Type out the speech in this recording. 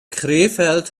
krefeld